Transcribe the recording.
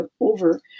over